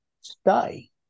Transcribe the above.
stay